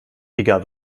egal